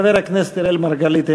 חבר הכנסת אראל מרגלית,